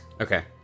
Okay